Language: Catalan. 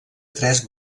tres